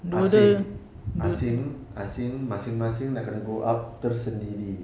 asing asing asing masing-masing kena grow up tersendiri